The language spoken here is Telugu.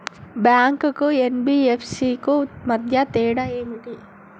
బ్యాంక్ కు ఎన్.బి.ఎఫ్.సి కు మధ్య తేడా ఏమిటి?